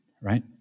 right